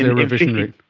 revisionary?